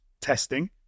testing